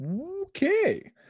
Okay